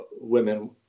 women